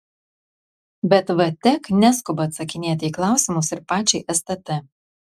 bet vtek neskuba atsakinėti į klausimus ir pačiai stt